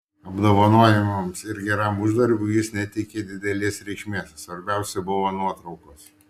apdovanojimams ir geram uždarbiui jis neteikė didelės reikšmės svarbiausia buvo nuotraukos